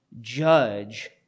judge